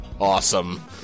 awesome